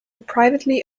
privately